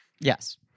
Yes